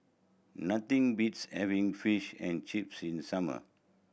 nothing beats having Fish and Chips in summer